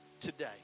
today